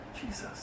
Jesus